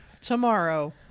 tomorrow